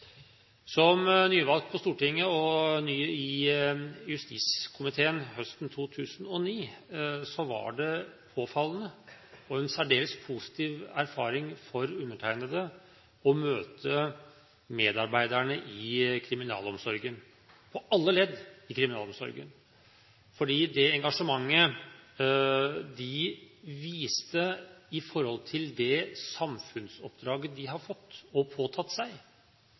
Som nyvalgt til Stortinget og ny i justiskomiteen høsten 2009 var det påfallende – og en særdeles positiv erfaring for undertegnede – å møte medarbeidere i alle ledd i kriminalomsorgen, fordi det engasjementet de viste med hensyn til det samfunnsoppdraget de har fått, og som de har påtatt seg,